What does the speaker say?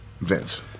Vince